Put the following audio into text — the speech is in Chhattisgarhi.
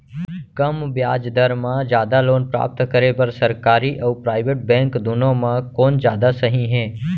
कम ब्याज दर मा जादा लोन प्राप्त करे बर, सरकारी अऊ प्राइवेट बैंक दुनो मा कोन जादा सही हे?